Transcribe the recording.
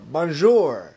Bonjour